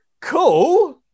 Cool